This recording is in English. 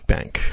Bank